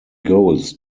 goals